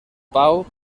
pau